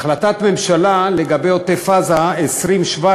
החלטת הממשלה לגבי עוטף-עזה, מס' 2017,